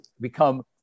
become